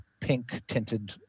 pink-tinted